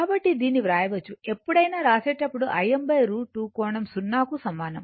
కాబట్టి దీన్ని వ్రాయవచ్చు ఎప్పుడైనా వ్రాసేటప్పుడు Im √ 2 కోణం 0 కు సమానం